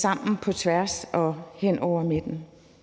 sammen, på tværs og hen over midten.